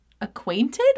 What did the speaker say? acquainted